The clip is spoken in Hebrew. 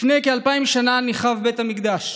לפני כאלפיים שנה נחרב בית המקדש,